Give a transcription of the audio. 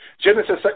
Genesis